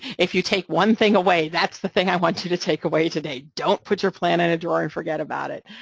if you take one thing away, that's the thing i want you to take away today, don't put your plan in a drawer and forget about it,